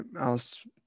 else